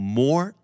more